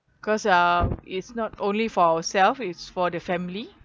cause uh it's not only for ourselves it's for the family